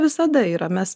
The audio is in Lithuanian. visada yra mes